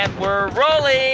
and we're rolling.